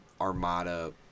armada